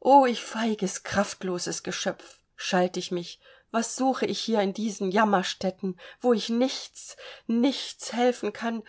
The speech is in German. o ich feiges kraftloses geschöpf schalt ich mich was suche ich hier in diesen jammerstätten wo ich nichts nichts helfen kann